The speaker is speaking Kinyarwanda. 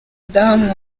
madamu